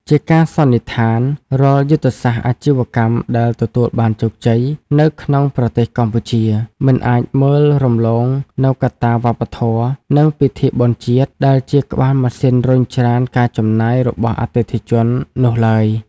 ជាការសន្និដ្ឋាន រាល់យុទ្ធសាស្ត្រអាជីវកម្មដែលទទួលបានជោគជ័យនៅក្នុងប្រទេសកម្ពុជា មិនអាចមើលរំលងនូវកត្តាវប្បធម៌ និងពិធីបុណ្យជាតិ ដែលជាក្បាលម៉ាស៊ីនរុញច្រានការចំណាយរបស់អតិថិជននោះឡើយ។